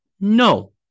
no